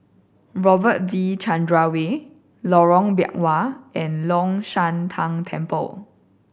Robert V Chandran Way Lorong Biawak and Long Shan Tang Temple